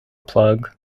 plug